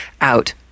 out